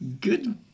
good